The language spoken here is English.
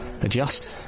adjust